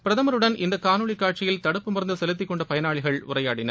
பிரதமருடன் இந்த காணொலி காட்சியில் தடுப்பு மருந்து செலுத்திக் கொண்ட பயனாளிகள் உரையாடினர்